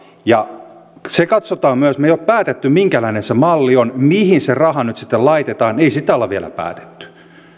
ja se katsotaan myös me emme ole päättäneet minkälainen se malli on mihin se raha nyt sitten laitetaan ei sitä ole vielä päätetty